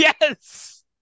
Yes